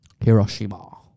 Hiroshima